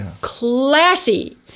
Classy